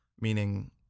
meaning